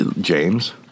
James